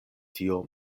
tio